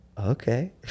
okay